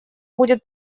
будет